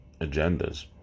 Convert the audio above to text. agendas